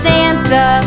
Santa